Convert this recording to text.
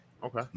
Okay